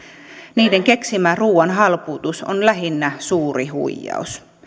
niiden keksimä ruuan halpuutus on lähinnä suuri huijaus